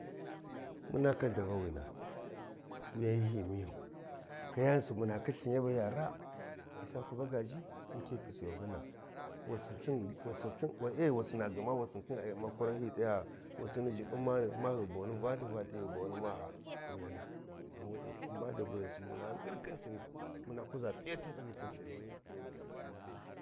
Muna khin davawina wuyan hyi miyau Kayani subu muna khin lthin ya be yar aa, isyaku magaji khin kefas yohanna ye wassina ye wasina gma wassin sin ai umma kuran hyi t’aya wassini jubbun ghi boni maha wuyana, ghan we’e lthin ba davawayen subu muna ngir khin lthini muna kuza p’iyati tsaghi khin lthini